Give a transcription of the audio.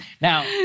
Now